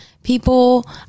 people